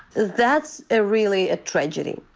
that's ah really a tragedy,